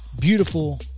beautiful